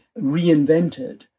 reinvented